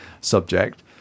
subject